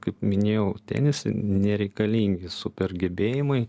kaip minėjau tenise nereikalingi super gebėjimai